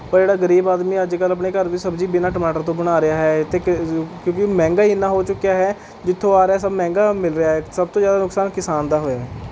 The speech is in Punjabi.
ਪਰ ਜਿਹੜਾ ਗ਼ਰੀਬ ਆਦਮੀ ਅੱਜ ਕੱਲ੍ਹ ਆਪਣੇ ਘਰ ਦੀ ਸਬਜ਼ੀ ਬਿਨਾਂ ਟਮਾਟਰ ਤੋਂ ਬਣਾ ਰਿਹਾ ਹੈ ਅਤੇ ਕਿ ਕਿਉਂਕਿ ਇਹ ਮਹਿੰਗਾ ਹੀ ਐਨਾ ਹੋ ਚੁੱਕਿਆ ਹੈ ਜਿੱਥੋਂ ਆ ਰਿਹਾ ਸਭ ਮਹਿੰਗਾ ਮਿਲ ਰਿਹਾ ਹੈ ਸਭ ਤੋਂ ਜ਼ਿਆਦਾ ਨੁਕਸਾਨ ਕਿਸਾਨ ਦਾ ਹੋਇਆ ਹੈ